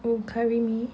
oh curry மீன்:meen